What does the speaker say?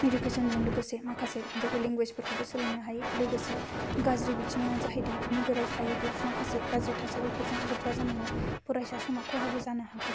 इडुकेसनजों लोगोसे माखासे जोङो लेंगुयेजफोरखौबो सोलोंनो हायो लोगोसे गाज्रि बिथिङानो जाहैदों नोगोराव थायोब्ला माखासे गाज्रि थासारि लोब्बा जानानै फरायसा समा खहाबो जानो हागौ